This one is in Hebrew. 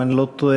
אם אני לא טועה,